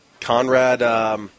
Conrad